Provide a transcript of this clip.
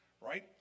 right